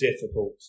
difficult